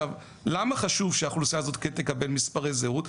למה חשוב שהאוכלוסייה הזאת כן תקבל מספרי זהות?